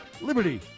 Liberty